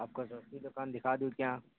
آپ کو دوسری دکان دکھا دوں کیا